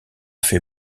fait